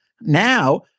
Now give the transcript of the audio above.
Now